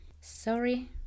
Sorry